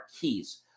keys